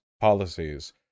policies